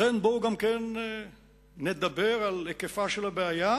לכן, בואו גם כן נדבר על היקפה של הבעיה.